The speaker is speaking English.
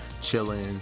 chilling